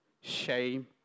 shame